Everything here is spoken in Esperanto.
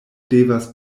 devas